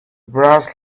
brass